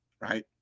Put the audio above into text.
Right